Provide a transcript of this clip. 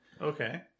okay